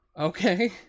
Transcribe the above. Okay